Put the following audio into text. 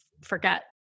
forget